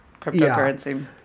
cryptocurrency